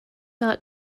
ought